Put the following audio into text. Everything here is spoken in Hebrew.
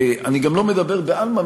אני גם לא מדבר בעלמא,